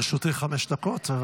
לרשותך חמש דקות.